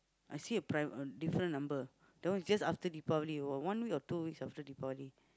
I see a private a different number that one is just after Deepavali one week or two weeks after Deepavali